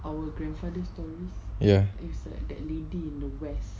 yes